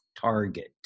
target